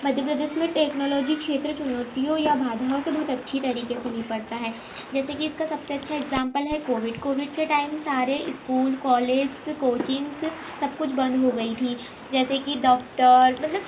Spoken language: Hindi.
मध्य प्रदेश में टेक्नोलॉजी क्षेत्र चुनौतियों या बाधाओं से बहुत अच्छी तरीके से निपटता है जैसे कि इसका सबसे अच्छा एग्जामपल है कोविड कोविड के टाइम सारे स्कूल कॉलेज्स कोचिंग्स सब कुछ बंद हो गई थी जैसे कि दफ़्तर मतलब